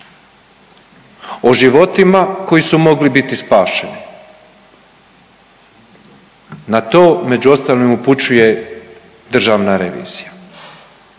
o životima koji su mogli biti spašeni? Na to među ostalim upućuje državna revizija.